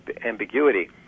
ambiguity